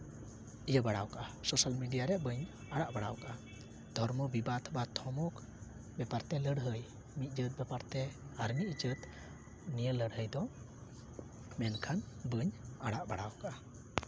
ᱤᱭᱟᱹ ᱵᱟᱲᱟᱣ ᱠᱟᱜᱼᱟ ᱥᱳᱥᱟᱞ ᱢᱤᱰᱤᱭᱟ ᱨᱮ ᱵᱟᱹᱧ ᱟᱲᱟᱜ ᱵᱟᱲᱟᱣ ᱠᱟᱜᱼᱟ ᱫᱷᱚᱨᱢᱚ ᱵᱤᱵᱟᱫ ᱵᱟ ᱫᱷᱚᱨᱢᱚ ᱵᱮᱯᱟᱨ ᱛᱮ ᱞᱟᱹᱲᱦᱟᱹᱭ ᱢᱤᱫ ᱡᱟᱹᱛ ᱵᱮᱯᱟᱨ ᱛᱮ ᱟᱨ ᱢᱤᱫ ᱡᱟᱹᱛ ᱱᱤᱭᱟᱹ ᱞᱟᱹᱲᱦᱟᱹᱭ ᱫᱚ ᱢᱮᱱᱠᱷᱟᱱ ᱵᱟᱹᱧ ᱟᱲᱟᱜ ᱵᱟᱲᱟᱣ ᱠᱟᱜᱼᱟ